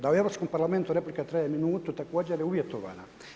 Da u Europskom parlamentu replika traje minutu, također je uvjetovana.